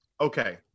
Okay